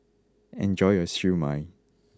enjoy your Siew Mai